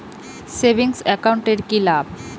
Savings account এর কি লাভ?